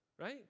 Right